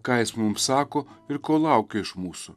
ką jis mums sako ir ko laukia iš mūsų